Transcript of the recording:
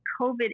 COVID